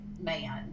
man